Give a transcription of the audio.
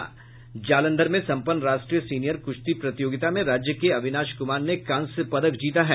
् जालंधर में सम्पन्न राष्ट्रीय सीनियर कृश्ती प्रतियोगिता में राज्य के अविनाश कुमार ने कांस्य पदक जीता है